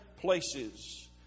places